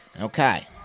Okay